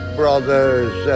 brothers